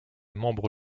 membre